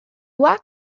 walked